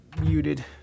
muted